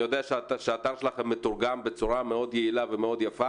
אני יודע שהאתר שלכם מתורגם בצורה מאוד יעילה ומאוד יפה.